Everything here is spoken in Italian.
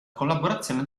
collaborazione